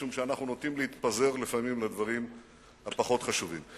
משום שאנחנו נוטים להתפזר לפעמים לדברים הפחות חשובים.